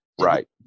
Right